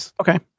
Okay